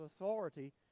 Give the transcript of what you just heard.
authority